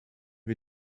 wir